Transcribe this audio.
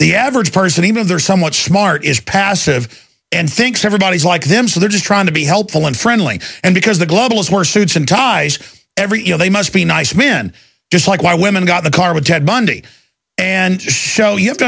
the average person even if they're somewhat smart is passive and thinks everybody is like them so they're just trying to be helpful and friendly and because the global is more suits and ties every you know they must be nice men just like why women got the karma ted bundy and show you have to